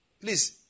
Please